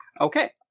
Okay